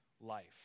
life